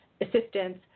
assistance